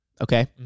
Okay